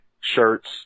shirts